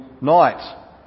night